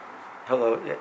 Hello